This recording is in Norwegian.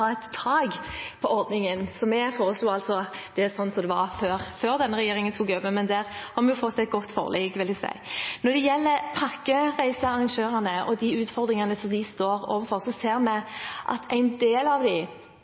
et tak for ordningen. Vi foreslo altså det som var før denne regjeringen tok over, men der har vi fått et godt forlik, vil jeg si. Når det gjelder pakkereisearrangørene og de utfordringene de står overfor, ser vi at en del av